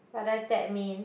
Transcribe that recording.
what does that mean